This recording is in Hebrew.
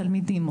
תלמידים,